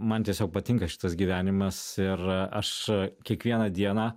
man tiesiog patinka šitas gyvenimas ir aš kiekvieną dieną